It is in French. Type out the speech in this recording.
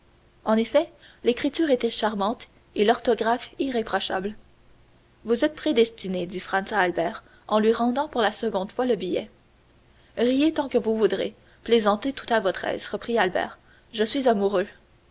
en effet l'écriture était charmante et l'orthographe irréprochable vous êtes prédestiné dit franz à albert en lui rendant pour la seconde fois le billet riez tant que vous voudrez plaisantez tout à votre aise reprit albert je suis amoureux